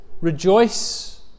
rejoice